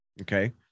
okay